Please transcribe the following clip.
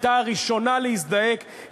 הייתה הראשונה להזדעק.